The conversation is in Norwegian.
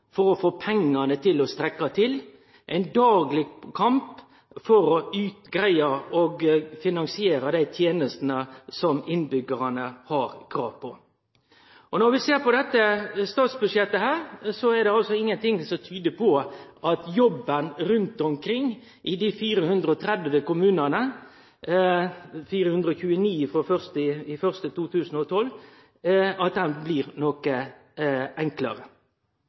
for å få pengane til å strekkje til. Det er ein dagleg kamp for å greie å finansiere dei tenestene som innbyggjarane har krav på. Når vi ser på dette statsbudsjettet, er det ingenting som tyder på at jobben rundt omkring i dei 430 kommunane – 429 frå 1. januar 2012 – blir enklare. Det er altså mindre inntektsvekst i dette budsjettet enn det som var varsla i